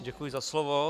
Děkuji za slovo.